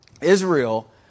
Israel